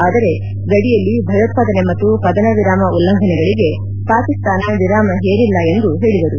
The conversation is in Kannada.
ಆದರೆ ಗಡಿಯಲ್ಲಿ ಭಯೋತ್ಪಾದನೆ ಮತ್ತು ಕದನ ವಿರಾಮ ಉಲ್ಲಂಘನೆಗಳಗೆ ಪಾಕಿಸ್ತಾನ ವಿರಾಮ ಹೇರಿಲ್ಲ ಎಂದು ಹೇಳಿದರು